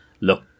look